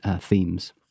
themes